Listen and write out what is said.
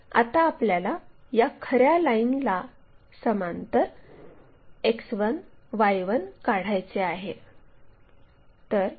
आता आपल्याला या खऱ्या लाईनला समांतर X1 Y1 काढायचे आहे